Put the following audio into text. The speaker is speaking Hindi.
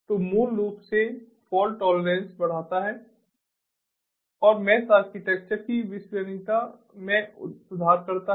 तो यह मूल रूप से फाल्ट टॉलरेंस बढ़ाता है और मेश आर्किटेक्चर की विश्वसनीयता में सुधार करता है